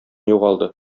югалды